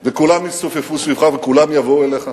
וכולם יסתופפו סביבך וכולם יבואו אליך,